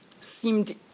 seemed